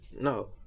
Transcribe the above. no